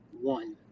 one